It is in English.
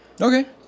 Okay